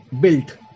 built